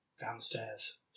downstairs